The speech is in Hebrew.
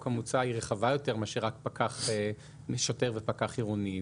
המוצע היא רחבה יותר מאשר רק פקח ושוטר מאשר פקח עירוני.